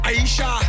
Aisha